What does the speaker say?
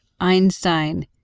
Einstein